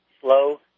Slow